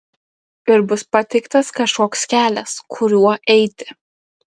ir bus pateiktas kažkoks kelias kuriuo eiti